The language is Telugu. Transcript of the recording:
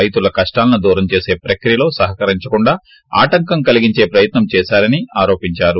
రైతుల కష్ణాలను దూరం చేసే ప్రక్రియలో సహకరించకుండా ఆటంకం కలిగించే ప్రయత్నం చేశారని ఆరోపించారు